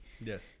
Yes